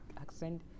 accent